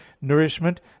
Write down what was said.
nourishment